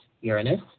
Uranus